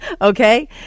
Okay